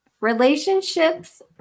Relationships